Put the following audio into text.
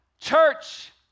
Church